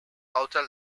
outer